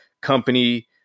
company